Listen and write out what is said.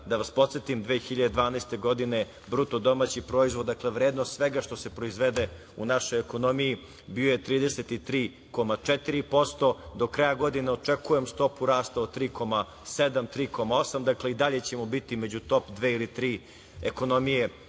da vas podsetim, 2012. godine BDP, dakle, vrednost svega što se proizvede u našoj ekonomiji, bio je 33,4%, a do kraja godine očekujem stopu rasta od 3,7-3,8%, dakle, i dalje ćemo biti među top dve ili tri